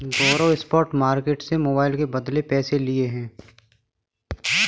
गौरव spot market से mobile के बदले पैसे लिए हैं